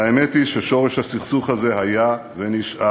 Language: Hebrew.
והאמת היא ששורש הסכסוך הזה היה ונשאר